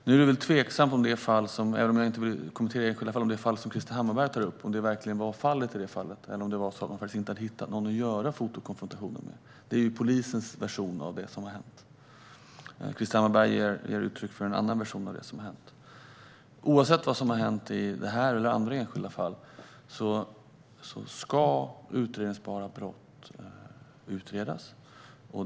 Jag vill inte kommentera enskilda fall, men det är väl tveksamt om det verkligen var så i det fall som Krister Hammarbergh tar upp, eller om det var så att man faktiskt inte hade hittat någon att göra fotokonfrontationen med, vilket är polisens version av det som hänt. Krister Hammarbergh ger uttryck för en annan version av det som hänt. Oavsett vad som har hänt i det här eller andra enskilda fall ska utredningsbara brott utredas.